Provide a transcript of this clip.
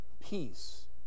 peace